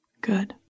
Good